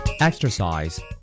Exercise